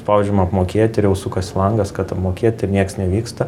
spaudžiam apmokėt ir jau sukasi langas kad apmokėt ir nieks nevyksta